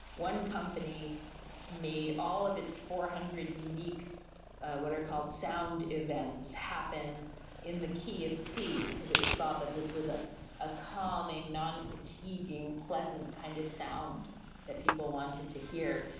one company made all of its four hundred unique what are called sound events happen in the key of c because it was thought that this was a ah calming, non-fatiguing, pleasant kind of sound that people wanted to hear.